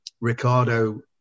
Ricardo